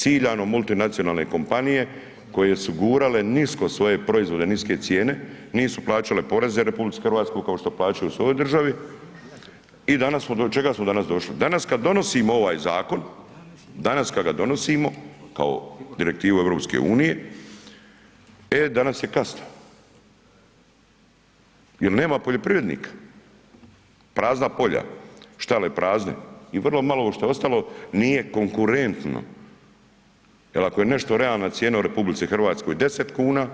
Ciljano multinacionalne kompanije koje su gurale nisko svoje proizvode, niske cijene, nisu plaćale poreze RH kao što plaćaju u svojoj državi i danas smo, do čega smo danas došli, danas kad donosimo ovaj zakon, kad ga donosimo kao Direktivu EU, e danas je kasno jer nema poljoprivrednika, prazna polja, štale prazne i vrlo malo ovo šta je ostalo nije konkurentno, jer ako je nešto realna cijena u RH 10 kuna,